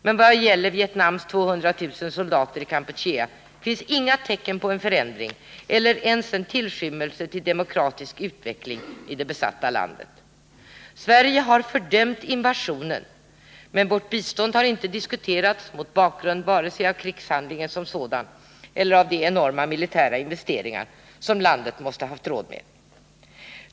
Men när det gäller Vietnams 200 000 soldater i Kampuchea finns inga tecken på en förändring eller ens en tillstymmelse till demokratisk utveckling i det besatta landet. Sverige har fördömt invasionen, men vårt bistånd har inte diskuterats mot bakgrund av vare sig krigshandlingen som sådan eller de enorma militära investeringar som landet måste ha haft råd med.